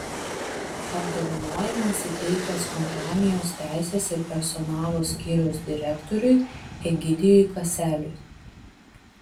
apdovanojimas įteiktas kompanijos teisės ir personalo skyriaus direktoriui egidijui kaseliui